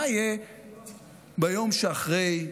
מי אמור לנהל את עזה?